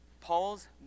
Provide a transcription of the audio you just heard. Paul's